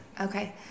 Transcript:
Okay